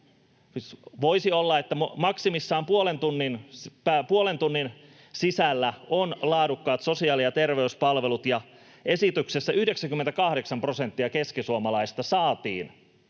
voisi olla, että maksimissaan puolen tunnin sisällä on laadukkaat sosiaali- ja terveyspalvelut — ja esityksessä 98 prosenttia keskisuomalaisista saatiin